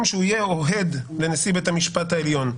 שהוא יהיה אוהד לנשיא בית המשפט העליון.